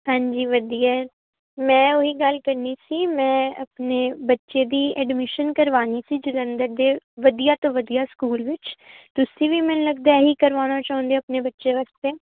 ਹਾਂਜੀ ਵਧੀਆ ਮੈਂ ਉਹੀ ਗੱਲ ਕਰਨੀ ਸੀ ਮੈਂ ਆਪਣੇ ਬੱਚੇ ਦੀ ਐਡਮਿਸ਼ਨ ਕਰਵਾਣੀ ਸੀ ਜਲੰਧਰ ਦੇ ਵਧੀਆ ਤੋਂ ਵਧੀਆ ਸਕੂਲ ਵਿੱਚ ਤੁਸੀਂ ਵੀ ਮੈਨੂੰ ਲੱਗਦਾ ਇਹੀ ਕਰਵਾਉਣਾ ਚਾਹੁੰਦੇ ਹੋ ਆਪਣੇ ਬੱਚੇ ਵਾਸਤੇ